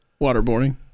Waterboarding